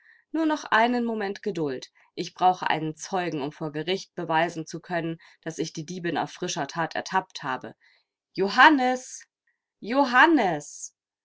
nur noch einen moment geduld ich brauche einen zeugen um vor gericht beweisen zu können daß ich die diebin auf frischer that ertappt habe johannes johannes